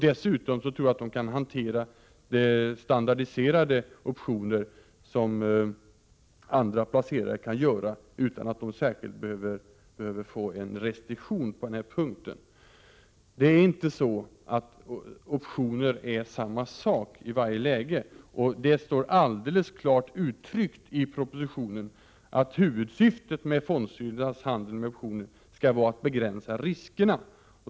Dessutom tror jag att fonderna kan hantera standardiserade optioner utan att det skall behövas särskilda restriktioner på den punkten. Det är inte så att optioner är samma sak i varje läge. Det står alldeles klart uttryckt i propositionen att huvudsyftet med fondstyrelsernas handel med optioner skall vara att begränsa riskerna.